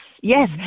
yes